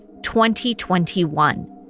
2021